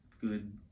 good